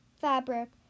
fabric